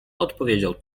odpowiedział